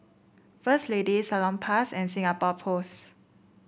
First Lady Salonpas and Singapore Post